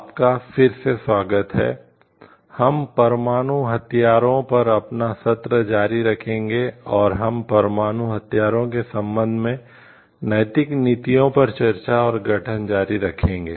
आपका फिरसे स्वागत है हम परमाणु हथियारों पर अपना सत्र जारी रखेंगे और हम परमाणु हथियारों के संबंध में नैतिक नीतियों पर चर्चा और गठन जारी रखेंगे